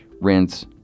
rinse